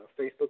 Facebook